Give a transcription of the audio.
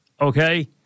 okay